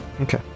Okay